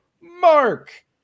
mark